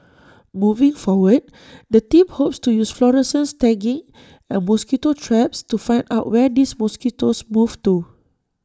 moving forward the team hopes to use fluorescent tagging and mosquito traps to find out where these mosquitoes move to